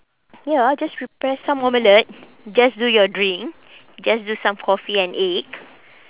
ya just prepare some omelette just do your drink just do some coffee and egg